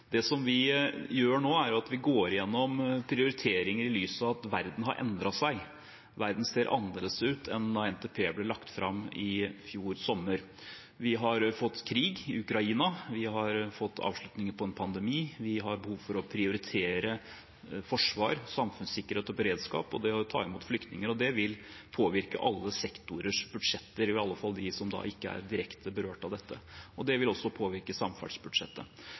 vi gjør nå, er at vi går gjennom prioriteringer i lys av at verden har endret seg, at verden ser annerledes ut enn da NTP ble lagt fram i fjor sommer. Vi har fått krig i Ukraina. Vi har fått avslutningen på en pandemi. Vi har behov for å prioritere forsvar, samfunnssikkerhet og beredskap og det å ta imot flyktninger, og det vil påvirke alle sektorers budsjetter, også de som ikke er direkte berørt av dette, og det vil også påvirke samferdselsbudsjettet.